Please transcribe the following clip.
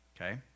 Okay